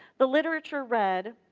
the literature read